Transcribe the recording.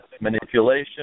manipulation